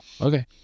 okay